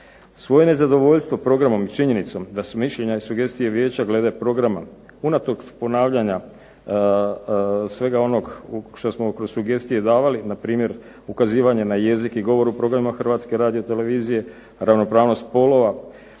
Svoje nezadovoljstvo programom i činjenicom da su mišljenja i sugestije vijeća glede programa unatoč ponavljanja svega onog što smo kroz sugestije davali, npr. ukazivanje na jezik i govor u programima HRT-a, ravnopravnost spolova,